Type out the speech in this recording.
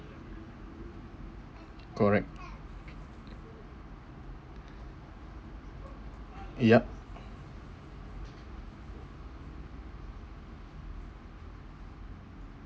correct yup